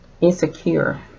insecure